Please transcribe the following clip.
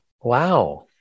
Wow